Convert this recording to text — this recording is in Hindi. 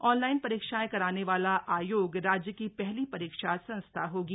ऑनलाइन परीक्षाएं कराने वाला आयोग राज्य की पहली परीक्षा संस्था होगी